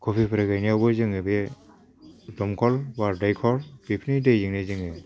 क'फिफोर गायनायावबो जोङो बे दमख'ल बा दैख'र बेफोरनि दैजोंनो जोङो